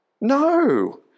No